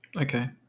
Okay